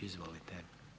Izvolite.